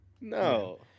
No